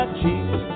cheeks